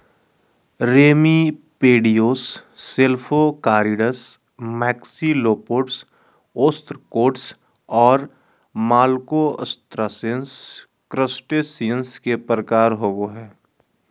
remipedes, cephalocarids, maxillopods, ostracods, और malacostracans, crustaceans के प्रकार होव हइ